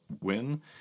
win